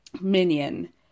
Minion